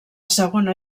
segona